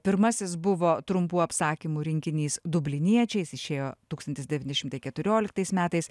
pirmasis buvo trumpų apsakymų rinkinys dubliniečiai jis išėjo tūkstantis devyni šimtai keturioliktais metais